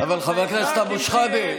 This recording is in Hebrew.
חבר הכנסת אבו שחאדה,